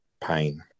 pain